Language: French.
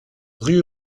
rue